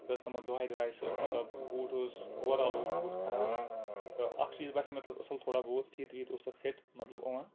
کٔژتامَتھ دۄہَے درٛاے سُہ مطلب بوٗٹ اوس اوٚوَر آل اوس بوٗٹ خراب تہٕ اَکھ چیٖز باسیٚے مےٚ تَتھ اَصٕل تھوڑا بہت فیٖتہٕ ویٖتہٕ اوس تَتھ فِٹ مطلب ٲ